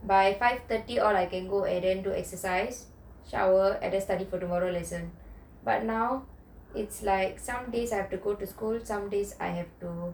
by five thirty all I can go and do exercise shower and then study for tomorrow lesson but now is like some days I have to go to school some days I have to